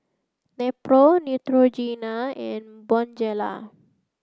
Nepro Neutrogena and Bonjela